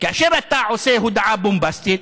כאשר אתה עושה הודעה בומבסטית,